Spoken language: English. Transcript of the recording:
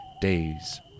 Days